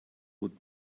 would